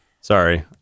Sorry